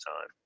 time